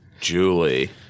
Julie